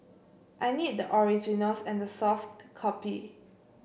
I need the originals and the soft copy